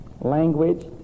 Language